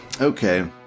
Okay